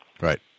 Right